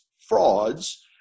frauds